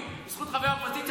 אתה --- אתה אפס מאופס.